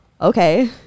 okay